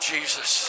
Jesus